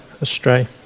astray